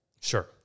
Sure